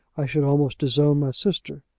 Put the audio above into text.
i should almost disown my sister.